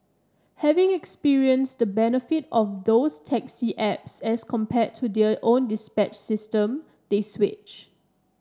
having experienced the benefits of those taxi apps as compared to their own dispatch system they switch